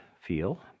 feel